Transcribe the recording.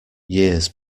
years